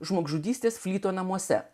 žmogžudystės flyto namuose